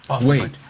Wait